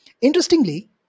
Interestingly